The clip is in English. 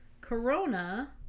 corona